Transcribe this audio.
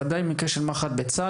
וודאי מקרה של מח"ט בצה"ל,